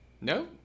no